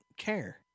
care